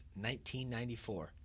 1994